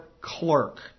clerk